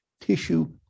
tissue